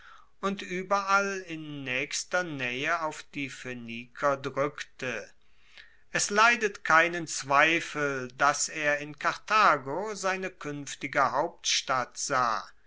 und ueberall in naechster naehe auf die phoeniker drueckte es leidet keinen zweifel dass er in karthago seine kuenftige hauptstadt sah